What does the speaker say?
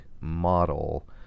model